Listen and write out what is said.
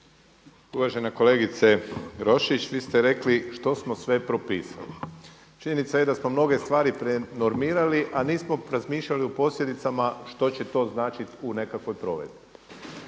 Uvažena kolegice Roščić, vi ste rekli što smo sve propisali. Činjenica je da smo mnoge stvari prenormirali, a nismo razmišljali o posljedicama što će to značiti u nekakvoj provedbi.